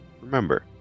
Remember